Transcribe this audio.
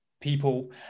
people